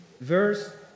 verse